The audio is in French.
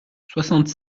soixante